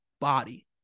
body